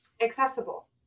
accessible